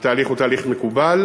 התהליך הוא תהליך מקובל.